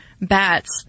bats